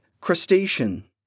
crustacean